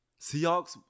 Seahawks